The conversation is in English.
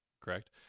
correct